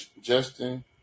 Justin